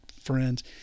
friends